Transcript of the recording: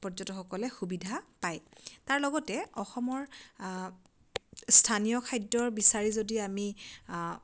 পৰ্যটকসকলে সুবিধা পায় তাৰ লগতে অসমৰ স্থানীয় খাদ্যৰ বিচাৰি যদি আমি